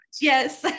yes